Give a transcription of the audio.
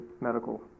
medical